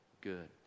good